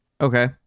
Okay